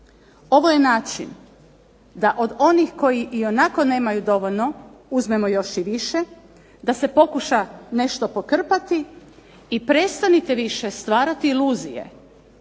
ovo je način da od onih koji ionako nemaju dovoljno uzmemo još i više, da se pokuša nešto pokrpati. I prestanite više stvarati iluzije